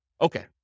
Okay